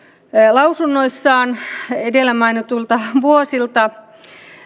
lausunnoissaan edellä mainituilta vuosilta